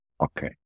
okay